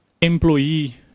employee